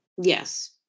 Yes